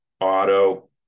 auto